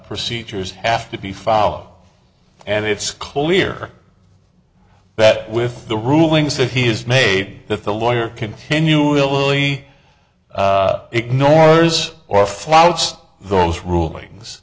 procedures have to be fall off and it's clear that with the rulings that he has made if the lawyer continually ignores or flouts those rulings